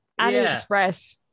AliExpress